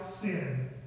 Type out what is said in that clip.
sin